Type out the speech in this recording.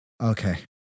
okay